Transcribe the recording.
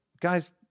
Guys